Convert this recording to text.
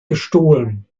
gestohlen